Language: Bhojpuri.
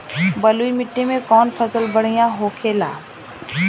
बलुई मिट्टी में कौन फसल बढ़ियां होखे ला?